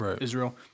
Israel